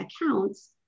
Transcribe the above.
accounts